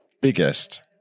biggest